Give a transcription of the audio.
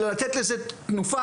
אלא לתת לזה תנופה.